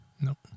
Nope